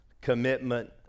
commitment